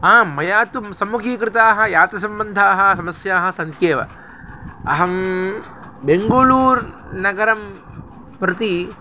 आम् मया तु सम्मुखीकृताः यातसम्बन्धाः समस्याः सन्त्येव अहं बेङ्गुळूर्नगरं प्रति